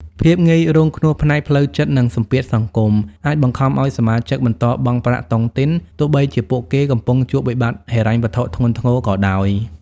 ភាពងាយរងគ្រោះផ្នែកផ្លូវចិត្ត និងសម្ពាធសង្គម អាចបង្ខំឱ្យសមាជិកបន្តបង់ប្រាក់តុងទីន ទោះបីជាពួកគេកំពុងជួបវិបត្តិហិរញ្ញវត្ថុធ្ងន់ធ្ងរក៏ដោយ។